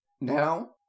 now